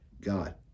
God